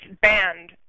banned